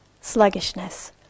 sluggishness